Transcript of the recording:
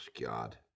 God